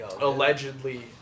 allegedly